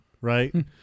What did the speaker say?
right